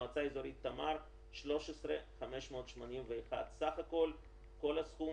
מועצה אזורית תמר 12,581. בסך הכול כל הסכום,